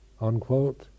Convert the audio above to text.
unquote